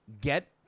get